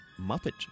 Muppet